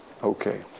Okay